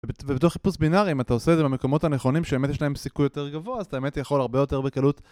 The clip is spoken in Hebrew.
ובתוך חיפוש בינארי, אם אתה עושה את זה במקומות הנכונים, שיש להם סיכוי יותר גבוה, אז אתה יכול הרבה יותר בקלות